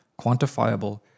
quantifiable